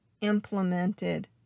implemented